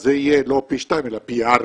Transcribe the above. אז זה יהיה לא פי שניים, אלא פי ארבעה,